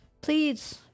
Please